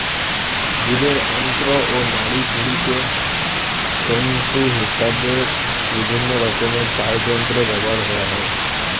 জীবের অন্ত্র ও নাড়িভুঁড়িকে তন্তু হিসেবে বিভিন্নরকমের তারযন্ত্রে ব্যবহার করা হয়